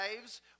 lives